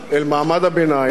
אל מעמד הביניים,